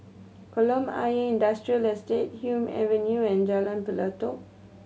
Kolam Ayer Industrial Estate Hume Avenue and Jalan Pelatok